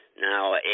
Now